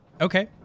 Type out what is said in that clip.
Okay